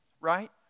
right